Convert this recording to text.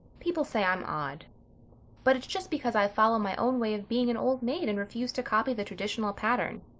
people say i'm odd but it's just because i follow my own way of being an old maid and refuse to copy the traditional pattern.